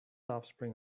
offspring